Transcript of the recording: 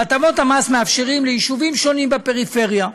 והטבות המס מאפשרות ליישובים שונים בפריפריה,